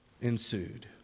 ensued